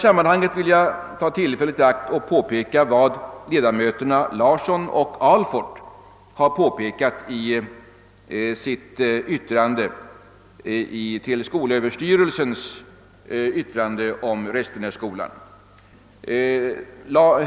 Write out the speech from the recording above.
Jag vill ta tillfället i akt och peka på vad ledamöterna av skolöverstyrelsen Larsson och Alfort framhållit i ett särskilt uttalande till skolöverstyrelsens yttrande beträffande internatskolorna. Det gällde vilka skolor som skall inordnas i det nya statsbidragssystemet för riksinternatskolor.